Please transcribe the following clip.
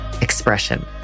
Expression